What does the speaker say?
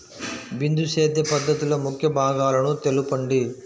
బిందు సేద్య పద్ధతిలో ముఖ్య భాగాలను తెలుపండి?